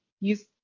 use